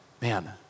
Man